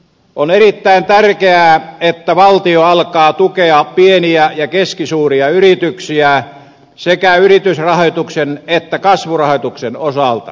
on erittäin tärkeää että valtio alkaa tukea pieniä ja keskisuuria yrityksiä sekä yritysrahoituksen että kasvurahoituksen osalta